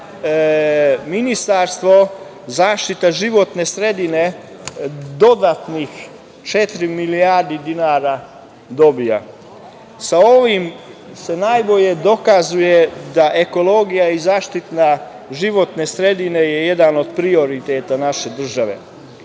da Ministarstvo zaštite životne sredine dodatnih 4 milijardi dinara dobija. Sa ovim se najbolje dokazuje da ekologija i zaštita životne sredine je jedan od prioriteta naše države. Iz